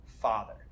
father